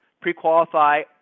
pre-qualify